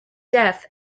death